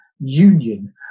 Union